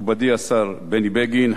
מכובדי השר בני בגין,